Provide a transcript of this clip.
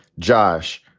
josh,